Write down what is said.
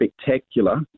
spectacular